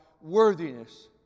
worthiness